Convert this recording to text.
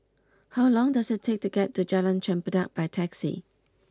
how long does it take to get to Jalan Chempedak by taxi